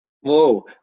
Whoa